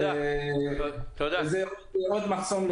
וזה עוד מחסום,